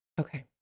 Okay